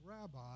rabbi